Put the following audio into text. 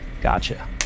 gotcha